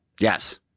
Yes